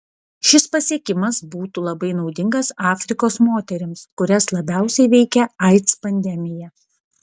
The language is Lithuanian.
šis pasiekimas būtų labai naudingas afrikos moterims kurias labiausiai veikia aids pandemija